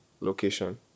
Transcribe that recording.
location